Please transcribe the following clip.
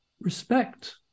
respect